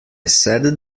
said